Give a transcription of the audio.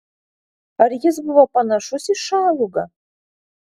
ar jis buvo panašus į šalugą